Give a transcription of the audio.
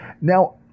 Now